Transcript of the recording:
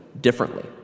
differently